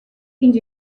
fins